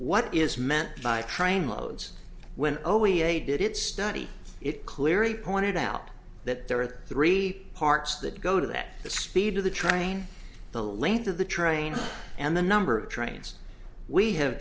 what is meant by trainloads when o e a did it study it clearly pointed out that there are three parts that go to that the speed of the train the length of the train and the number of trains we have